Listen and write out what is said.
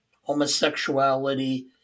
homosexuality